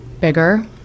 bigger